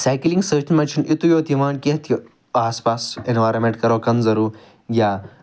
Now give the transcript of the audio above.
cycling سۭتۍ مَنٛز چھُنہٕ یُتے یوت یِوان کیٚنٛہہ کہِ آس پاس ایٚنویٚرانمیٚنٛٹ کَرو کَنزٔرٕو یا